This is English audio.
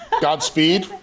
Godspeed